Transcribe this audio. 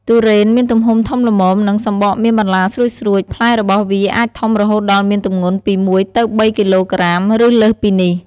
ទុរេនមានទំហំធំល្មម និងសំបកមានបន្លាស្រួចៗ ផ្លែរបស់វាអាចធំរហូតដល់មានទម្ងន់ពី ១ ទៅ ៣ គីឡូក្រាម ឬលើសពីនេះ ។